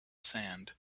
sand